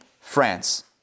France